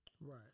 Right